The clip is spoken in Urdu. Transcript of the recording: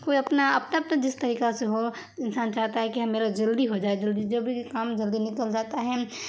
کوئی اپنا اپنا اپنا جس طریقہ سے ہو انسان چاہتا ہے کہ میرا جلدی ہو جائے جلدی جو بھی کام جلدی نکل جاتا ہے